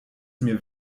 mir